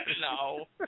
No